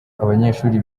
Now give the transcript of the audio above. abanyeshuri